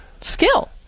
skill